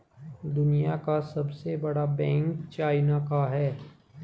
दुनिया का सबसे बड़ा बैंक चाइना का है